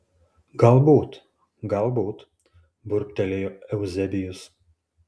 galbūt galbūt burbtelėjo euzebijus